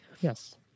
Yes